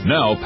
Now